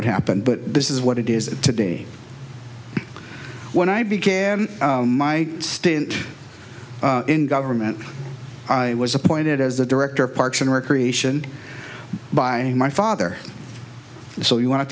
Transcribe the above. it happened but this is what it is today when i began my stint in government i was appointed as the director parks and recreation buying my father so you want to